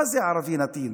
מה זה ערבי נתין?